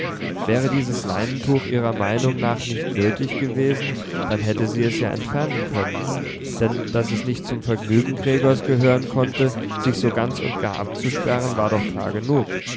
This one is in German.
wäre dieses leintuch ihrer meinung nach nicht nötig gewesen dann hätte sie es ja entfernen können denn daß es nicht zum vergnügen gregors gehören konnte sich so ganz und gar abzusperren war doch klar genug